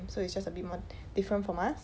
so it's just a bit more different from us